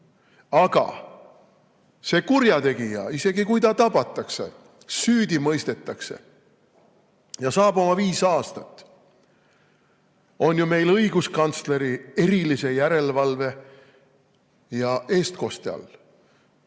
Aga see kurjategija, isegi kui ta tabatakse, süüdi mõistetakse ja saab oma viis aastat, siis on ta meil ju õiguskantsleri erilise järelevalve ja eestkoste all.